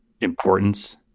importance